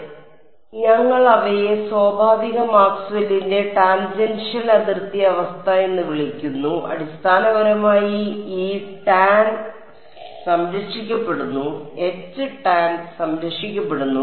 അതിനാൽ ഞങ്ങൾ അവയെ സ്വാഭാവിക മാക്സ്വെല്ലിന്റെ ടാൻജെൻഷ്യൽ അതിർത്തി അവസ്ഥ എന്ന് വിളിക്കുന്നുഅടിസ്ഥാനപരമായി ഇ ടാൻ സംരക്ഷിക്കപ്പെടുന്നു എച്ച് ടാൻ സംരക്ഷിക്കപ്പെടുന്നു